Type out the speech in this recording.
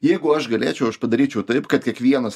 jeigu aš galėčiau aš padaryčiau taip kad kiekvienas